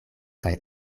kaj